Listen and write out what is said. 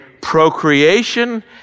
procreation